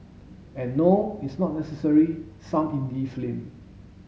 and no it's not necessarily some indie film